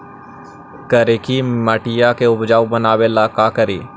करिकी मिट्टियां के उपजाऊ बनावे ला का करी?